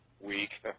week